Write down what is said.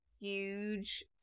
huge